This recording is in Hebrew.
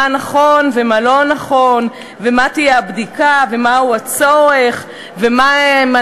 נכון ומה לא נכון ומה תהיה הבדיקה ומהו הצורך ומה הן